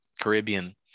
Caribbean